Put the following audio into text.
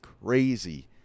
crazy